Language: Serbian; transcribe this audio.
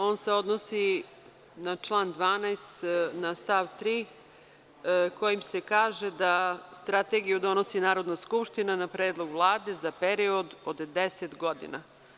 On se odnosi na član 12. na stav 3. kojim se kaže da Strategiju donosi Narodna skupština na predlog Vlade za period od 10 godina.